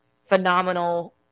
Phenomenal